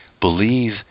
Believe